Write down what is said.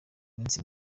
minsi